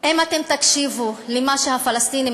אם אתם תקשיבו למה שהפלסטינים,